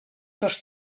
dos